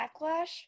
backlash